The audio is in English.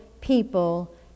people